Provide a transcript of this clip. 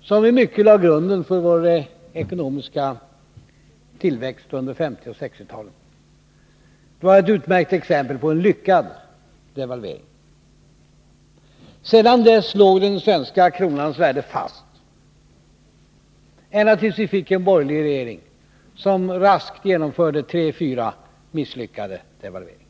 som i mycket lade grunden för vår ekonomiska tillväxt under 1950 och 1960-talen. Det var ett utmärkt exempel på en lyckad devalvering. Sedan dess låg den svenska kronans värde fast, ända tills vi fick borgerliga regeringar, som raskt genomförde tre fyra devalveringar.